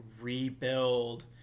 rebuild